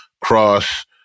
Cross